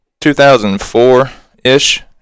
2004-ish